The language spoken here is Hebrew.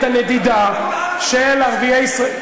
את הנדידה של ערביי ישראל,